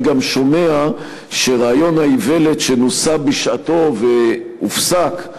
אני גם שומע שרעיון האיוולת שנוסה בשעתו והופסק,